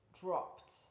dropped